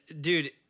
dude